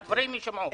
הדברים יישמעו.